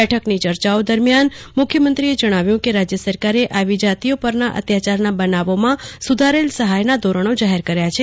બેઠકની ચર્ચાઓ દરમ્યાન મુખ્યમંત્રીએ જણાવ્યું કે રાજ્ય સરકારે આવી જાતિઓ પરના અત્યાચારના બનાવોમાં સુધારેલ સહાયના ધોરણો જાહેર કર્યા છે